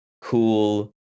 cool